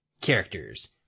characters